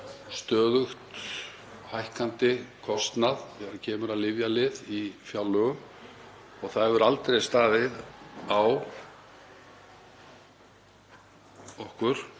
stöðugt hækkandi kostnað þegar kemur að lyfjalið í fjárlögum. Það hefur aldrei staðið á okkur